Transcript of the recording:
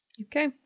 Okay